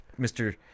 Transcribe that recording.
Mr